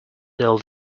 they’ll